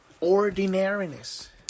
Ordinariness